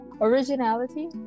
originality